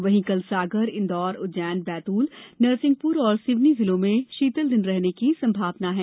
वहीं कल सागर इंदौर उज्जैन बैतूल नरसिंहपुर और सिवनी जिलों में शीतल दिन रहने की संभावना है